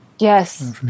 Yes